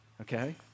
okay